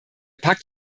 pakt